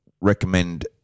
recommend